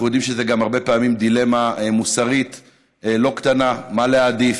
אנחנו גם יודעים שהרבה פעמים זאת דילמה מוסרית לא קטנה מה להעדיף,